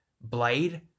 Blade